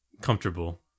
comfortable